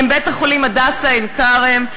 הם בית-החולים "הדסה עין-כרם",